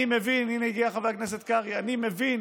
אני מבין, הינה הגיע חבר הכנסת קרעי, אני מבין